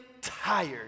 tired